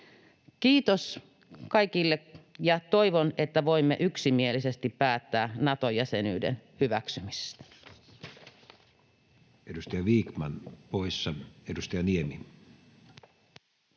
Kiitos kaikille, ja toivon, että voimme yksimielisesti päättää Nato-jäsenyyden hyväksymisestä.